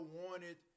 wanted